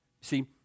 See